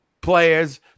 players